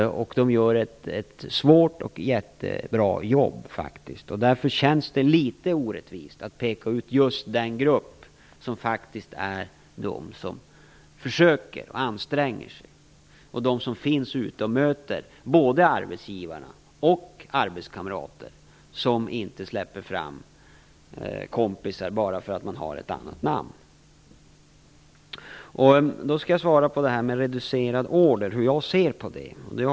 De gör ett svårt och jättebra jobb. Därför känns det litet orättvist att peka ut en grupp som faktiskt försöker och anstränger sig. Arbetsförmedlarna möter både arbetsgivare och arbetskamrater som inte släpper fram kompisar bara för att dessa har ett annat namn. Jag skall svara på hur jag ser på frågan om reducerad order.